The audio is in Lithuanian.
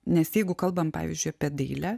nes jeigu kalbam pavyzdžiui apie dailę